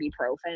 ibuprofen